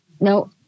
no